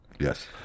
Yes